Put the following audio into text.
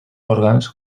òrgans